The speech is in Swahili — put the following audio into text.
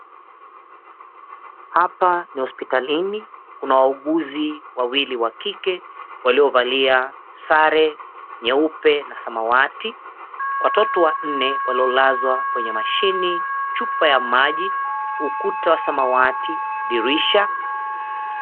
Hapa ni hosipitalini kuna wauguzi wawili wakike waliovalia sare nyeupe na samawati, watoto wanne waliolazwa kwenye mashini, chupa ya maji, ukuta wa samawati, dirisha.